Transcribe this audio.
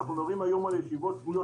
ואנחנו מדברים היום על ישיבות שבועיות